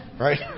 right